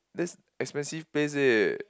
this expensive place eh